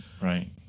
right